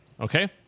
Okay